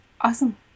Awesome